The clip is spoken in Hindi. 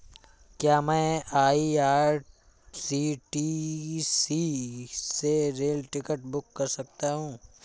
क्या मैं आई.आर.सी.टी.सी से रेल टिकट बुक कर सकता हूँ?